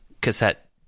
cassette